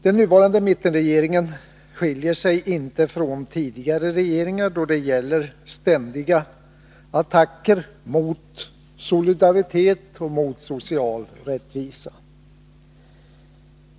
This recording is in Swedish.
Den nuvarande mittenregeringen skiljer sig inte från tidigare regeringar då det gäller ständiga attacker mot solidaritet och mot social rättvisa.